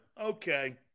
Okay